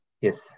Yes